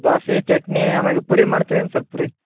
ದೋಸೆ ಚಟ್ನಿ ಅಮ್ಯಾಗೆ ಪೂರಿ ಮಾಡ್ತೀರೇನು ಸರ್ ಪೂರಿ